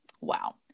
Wow